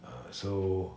err so